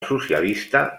socialista